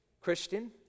Christian